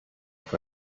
auf